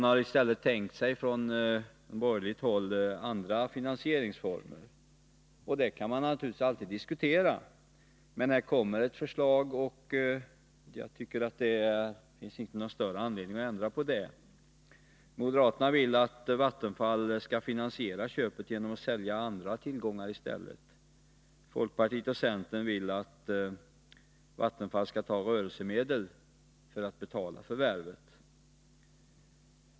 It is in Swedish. Från borgerligt håll har man i stället tänkt sig andra finansieringsformer. Sådana kan naturligtvis alltid diskuteras, men jag tycker inte att det finns någon större anledning att ändra på det förslag som kommit. Moderaterna vill att Vattenfall skall finansiera köpet genom att sälja andra tillgångar. Folkpartiet och centern vill att Vattenfall skall ta rörelsemedel för att betala förvärvet.